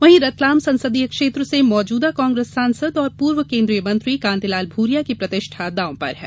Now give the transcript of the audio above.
वहीं रतलाम संसदीय क्षेत्र से मौजूदा कांग्रेस सांसद और पूर्व केंद्रीय मंत्री कांतिलाल भूरिया की प्रतिष्ठा दांव पर है